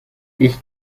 ich